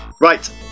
right